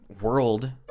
world